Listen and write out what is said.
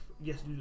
yes